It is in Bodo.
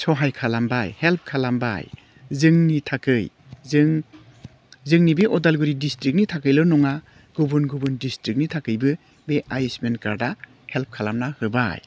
सहाय खालामबाय हेल्प खालामबाय जोंनि थाखाय जों जोंनि बे उदालगुरि डिस्ट्रिकनि थाखायल' नङा गुबुन गुबुन डिस्ट्रिकनि थाखायबो बे आयुस्मान कार्दआ हेल्प खालामना होबाय